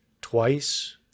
twice